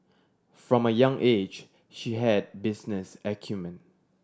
from a young age she had business acumen